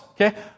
okay